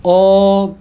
all